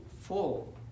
full